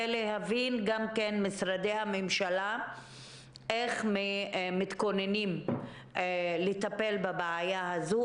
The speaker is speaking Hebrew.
ולהבין גם ממשרדי הממשלה איך מתכוננים לטפל בבעיה הזאת,